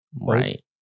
right